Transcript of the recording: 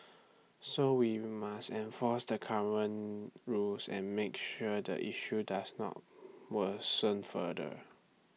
so we must enforce the current rules and make sure the issue does not worsen further